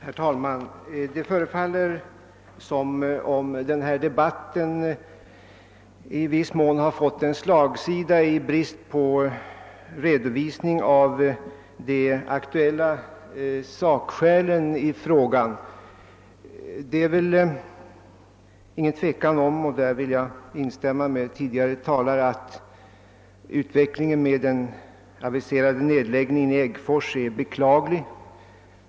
Herr talman! Det förefaller som om denna debatt i viss mån har fått slagsida i brist på redovisning av de aktuella sakförhållandena. Det är inget tvivel om — och därvidlag vill jag instämma med tidigare talare — att den aviserade nedläggningen av Äggfors är beklaglig.